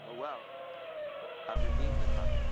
ah well i redeemed the time,